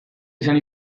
esan